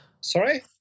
Sorry